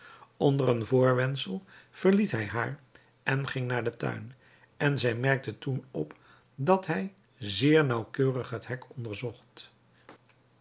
onder een voorwendsel verliet hij haar en ging naar den tuin en zij merkte toen op dat hij zeer nauwkeurig het hek onderzocht